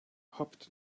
hopped